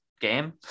game